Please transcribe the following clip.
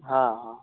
हँ हँ